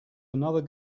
another